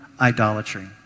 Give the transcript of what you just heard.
idolatry